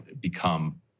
become